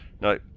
no